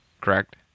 correct